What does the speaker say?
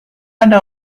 ada